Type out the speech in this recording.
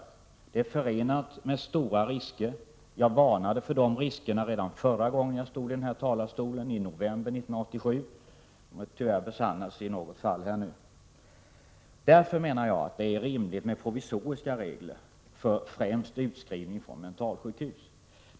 Detta är förenat med stora risker, och jag varnade för de riskerna redan förra gången när jag stod i den här talarstolen och talade om saken, i november 1987. Tyvärr har mina farhågor i något fall besannats. Jag menar därför att det är rimligt med provisoriska regler i fråga om främst utskrivning från mentalsjukhus.